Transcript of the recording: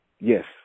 Yes